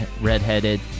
redheaded